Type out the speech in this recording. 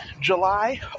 July